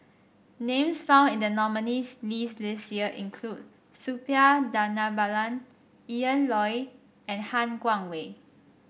names found in the nominees' list this year include Suppiah Dhanabalan Loy and Han Guangwei